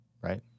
right